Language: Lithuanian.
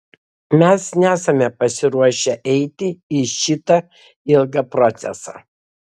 mes nesame pasiruošę eiti į šitą ilgą procesą